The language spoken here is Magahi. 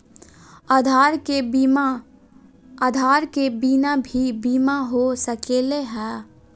आधार के बिना भी बीमा हो सकले है?